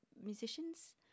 musicians